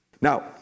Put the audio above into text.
Now